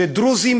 שדרוזים,